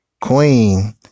Queen